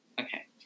Okay